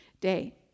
day